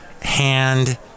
Hand